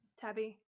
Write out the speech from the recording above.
Tabby